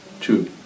two